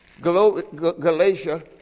Galatia